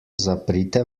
zaprite